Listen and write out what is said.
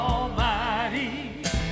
Almighty